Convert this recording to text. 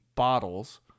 bottles